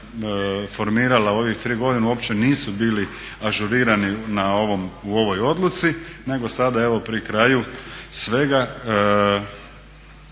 formirala u ovih 3 godine uopće nisu bili ažurirani u ovoj odluci nego sada evo pri kraju svega